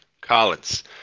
Collins